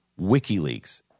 WikiLeaks